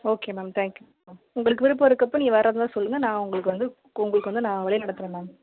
okay ma'am thank you ம் உங்களுக்கு விருப்பம் இருக்கப்போ நீங்கள் வர்றதாந்தா சொல்லுங்கள் நான் உங்களுக்கு வந்து உங்களுக்கு வந்து நான் வழி நடத்துகிறேன் மேம்